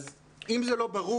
אז אם זה לא ברור,